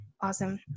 Awesome